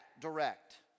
direct